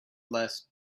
less